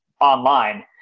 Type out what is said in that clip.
online